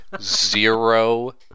zero